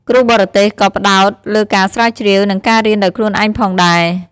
គ្រូបរទេសក៏ផ្តោតលើការស្រាវជ្រាវ និងការរៀនដោយខ្លួនឯងផងដែរ។